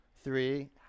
Three